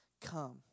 come